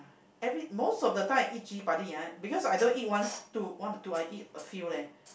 every most of the time I eat chili padi ah because I don't eat once two one or two I eat a few leh